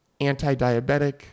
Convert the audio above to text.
Anti-diabetic